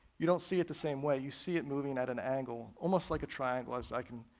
you don't see it the same way, you see it moving at an angle, almost like a triangle, as i can,